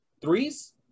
Threes